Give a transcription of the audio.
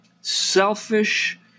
selfish